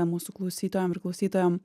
mūsų klausytojam ir klausytojom